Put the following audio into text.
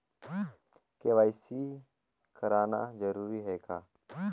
KYC कराना जरूरी है का?